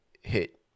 hit